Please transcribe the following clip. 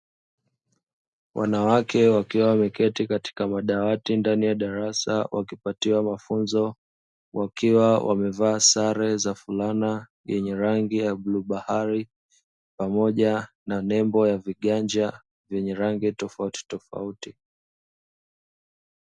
Wanawake wakiwa wameketi katika madawati ndani ya darasa wakipatiwa mafunzo, wakiwa wamevaa sare ya fulana yenye rangi ya bluu bahari, pamoja na nembo ya viganja vyenye rangi tofautitofauti.